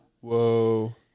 Whoa